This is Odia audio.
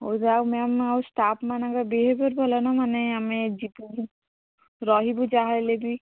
ହଉ ଯାହା ହଉ ମ୍ୟାମ୍ ଆଉ ଷ୍ଟାଫ୍ ମାନଙ୍କର ବିହେଭିଅର୍ ଭଲ ନାଁ ମାନେ ଆମେ ଯିବୁ ରହିବୁ ଯାହା ହେଲେ ବି